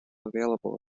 available